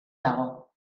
dago